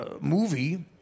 movie